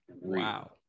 Wow